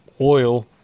oil